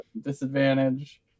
disadvantage